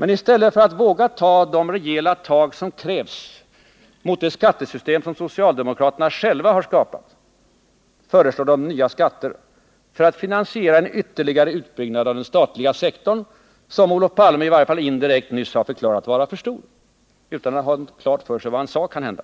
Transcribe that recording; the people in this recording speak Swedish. Men i stället för att våga ta de rejäla tag som krävs mot det skattesystem som socialdemokraterna själva skapat, föreslår de nya skatter för att finansiera en ytterligare utbyggnad av den statliga sektorn, som Olof Palme i varje fall indirekt nyss har förklarat vara för stor — utan att ha klart för sig vad han sade kanhända.